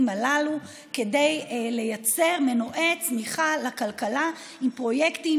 הללו כדי לייצר מנועי צמיחה לכלכלה עם פרויקטים